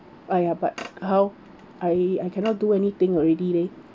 !aiya! but how I I cannot do anything already leh